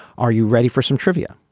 are you ready for some trivia.